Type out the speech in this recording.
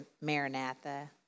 Maranatha